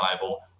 Bible